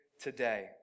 today